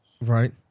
Right